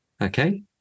Okay